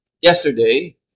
yesterday